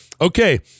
okay